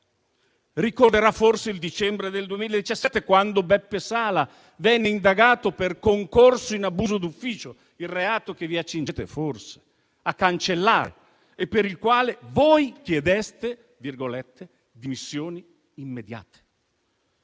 ricorderà forse il dicembre del 2017, quando Beppe Sala venne indagato per concorso in abuso d'ufficio (il reato che forse vi accingete a cancellare), per il quale voi chiedeste "dimissioni immediate".